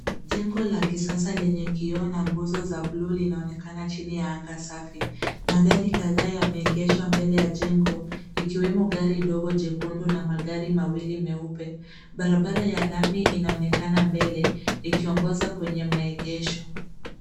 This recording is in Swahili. Jengo la kisasa lenye kioo na nguzo za buluu linaonekana chini ya anga safi. Magari kadhaa yameegeshwa mbele ya jengo ikiwemo gari dogo jekundu na magari mawili meupe. Barabara ya lami inaonekana mbele ikiongoza kwenye maegesho.